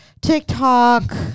TikTok